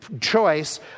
choice